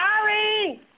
Sorry